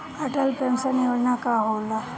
Atal pension योजना का होला?